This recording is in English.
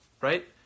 right